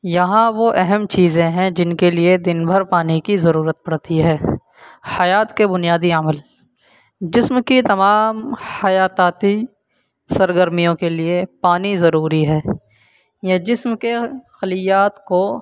یہاں وہ اہم چیزیں ہیں جن کے لیے دن بھر پانی کی ضرورت پڑتی ہے حیات کے بنیادی عمل جسم کی تمام حیاتاتی سرگرمیوں کے لیے پانی ضروری ہے یا جسم کے خلیات کو